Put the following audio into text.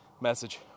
message